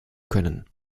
können